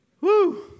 Woo